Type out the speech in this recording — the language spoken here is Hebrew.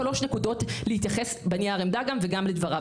יש לי שלוש נקודות להתייחס בנייר העמדה וגם לדבריו.